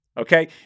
Okay